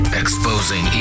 exposing